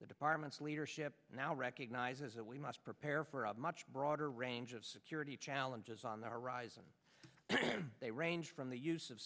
the department's leadership now recognizes that we must prepare for a much broader range of security challenges on the horizon they range from the use of